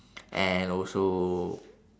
and also